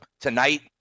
Tonight